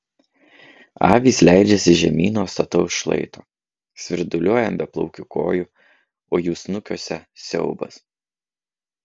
avys leidžiasi žemyn nuo stataus šlaito svirduliuoja ant beplaukių kojų o jų snukiuose siaubas